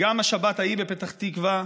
וגם השבת ההיא בפתח תקווה,